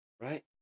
right